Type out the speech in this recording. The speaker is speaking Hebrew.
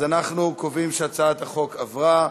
התשע"ז 2016,